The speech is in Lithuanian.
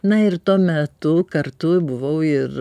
na ir tuo metu kartu buvau ir